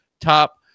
top